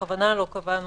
ובכוונה לא קבענו,